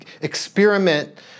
Experiment